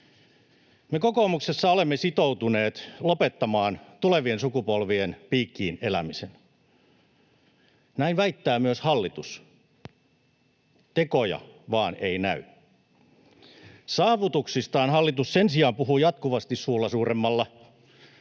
Me kokoomuksessa olemme sitoutuneet lopettamaan tulevien sukupolvien piikkiin elämisen. Näin väittää myös hallitus — tekoja vain ei näy. Saavutuksistaan hallitus sen sijaan puhuu jatkuvasti suulla suuremmalla.